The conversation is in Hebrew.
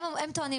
הם טוענים,